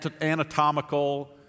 anatomical